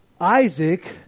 Isaac